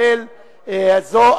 זאת.